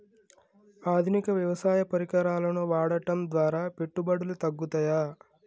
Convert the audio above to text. ఆధునిక వ్యవసాయ పరికరాలను వాడటం ద్వారా పెట్టుబడులు తగ్గుతయ?